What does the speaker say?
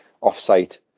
off-site